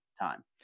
time